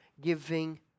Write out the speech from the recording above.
giving